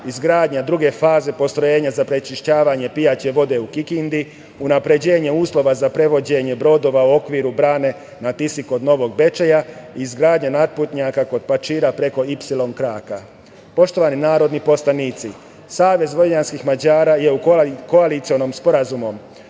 izgradnja druge faze postrojenja za prečišćavanje pijaće vode u Kikindi, unapređenje uslova za prevođenje brodova u okviru brane na Tisi kod Novog Bečeja, izgradnja nadvožnjaka kod Pačira preko ipsilon kraka. Poštovani narodni poslanici, SVM je u koalicionom sporazumu